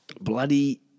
bloody